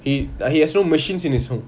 he he has those machines in his room